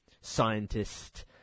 scientist